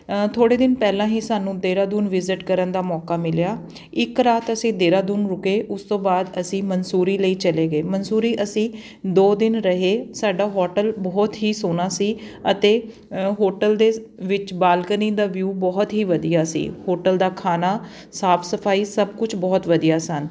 ਥੋੜ੍ਹੇ ਦਿਨ ਪਹਿਲਾਂ ਹੀ ਸਾਨੂੰ ਦੇਹਰਾਦੂਨ ਵਿਜ਼ਿਟ ਕਰਨ ਦਾ ਮੌਕਾ ਮਿਲਿਆ ਇੱਕ ਰਾਤ ਅਸੀਂ ਦੇਹਰਾਦੂਨ ਰੁਕੇ ਉਸ ਤੋਂ ਬਾਅਦ ਅਸੀਂ ਮਸੂਰੀ ਲਈ ਚਲੇ ਗਏ ਮਸੂਰੀ ਅਸੀਂ ਦੋ ਦਿਨ ਰਹੇ ਸਾਡਾ ਹੋਟਲ ਬਹੁਤ ਹੀ ਸੋਹਣਾ ਸੀ ਅਤੇ ਅ ਹੋਟਲ ਦੇ ਵਿੱਚ ਬਾਲਕਨੀ ਦਾ ਵਿਊ ਬਹੁਤ ਹੀ ਵਧੀਆ ਸੀ ਹੋਟਲ ਦਾ ਖਾਣਾ ਸਾਫ਼ ਸਫਾਈ ਸਭ ਕੁਛ ਬਹੁਤ ਵਧੀਆ ਸਨ